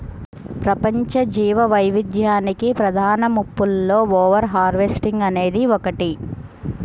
ప్రపంచ జీవవైవిధ్యానికి ప్రధాన ముప్పులలో ఓవర్ హార్వెస్టింగ్ అనేది ఒకటి